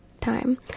time